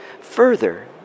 Further